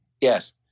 Yes